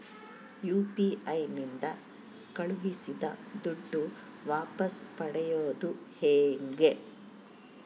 UPI ನಿಂದ ಕಳುಹಿಸಿದ ದುಡ್ಡು ವಾಪಸ್ ಪಡೆಯೋದು ಹೆಂಗ?